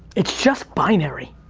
it's just binary.